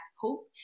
hope